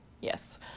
yes